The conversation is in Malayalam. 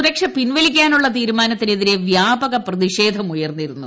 സുരക്ഷ പിൻവലിക്കാനുള്ള തീരുമാനത്തിനെതിരെ വ്യാപക പ്രതിഷേധം ഉയർന്നിരുന്നു